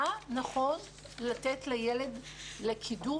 מה נכון לתת לילד לקידום